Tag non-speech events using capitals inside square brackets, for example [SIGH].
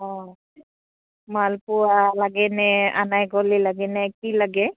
অঁ মালপোৱা লাগেনে [UNINTELLIGIBLE]